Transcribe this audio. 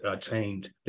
change